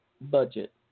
Budget